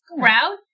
crowd